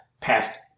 past